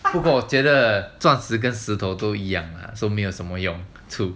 不过我觉得钻石跟石头都一样啊说明什么用 too